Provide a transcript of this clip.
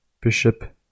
Bishop